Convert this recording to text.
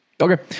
Okay